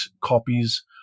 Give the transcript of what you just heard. copies